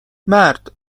مرد